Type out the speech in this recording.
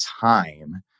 time